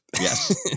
Yes